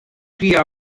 cria